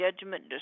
judgment